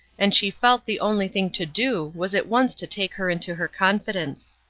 and she felt the only thing to do was at once to take her into her confidence.